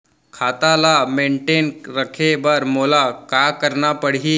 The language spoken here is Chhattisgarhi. खाता ल मेनटेन रखे बर मोला का करना पड़ही?